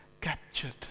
captured